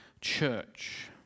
church